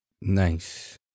Nice